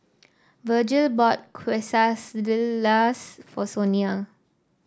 Vergil bought Quesadillas for Sonia